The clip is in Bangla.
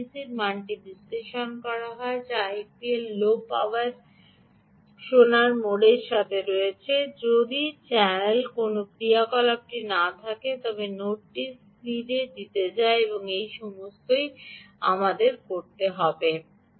এবং এডিসি মানটি বিশ্লেষণ করা হয় যা এলপিএল লো পাওয়ার শোনার মোডের সাথে রয়েছে যদি চ্যানেলে কোনও ক্রিয়াকলাপ না থাকে তবে নোডটি স্লিড জিতে ফিরে আসে এই সমস্তই আমাদের করতে হবে